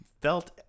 felt